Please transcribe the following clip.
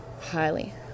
highly